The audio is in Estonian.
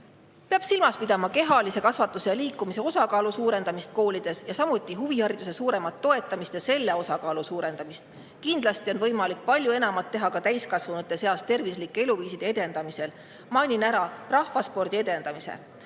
Peab silmas pidama kehalise kasvatuse ja liikumise osakaalu suurendamist koolides, samuti huvihariduse suuremat toetamist ja selle osakaalu suurendamist. Kindlasti on võimalik palju enamat teha ka täiskasvanute seas tervislike eluviiside edendamisel. Mainin ära rahvaspordi edendamise.